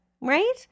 right